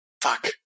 Fuck